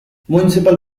municipal